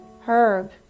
Herb